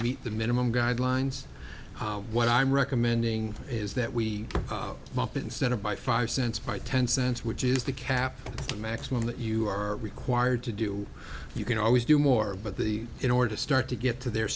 meet the minimum guidelines what i'm recommending is that we mop instead of by five cents by ten cents which is the cap maximum that you are required to do you can always do more but the in order to start to get to their